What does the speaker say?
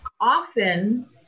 often